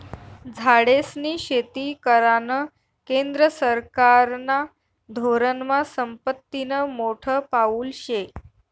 झाडेस्नी शेती करानं केंद्र सरकारना धोरनमा संपत्तीनं मोठं पाऊल शे